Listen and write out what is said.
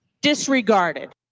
disregarded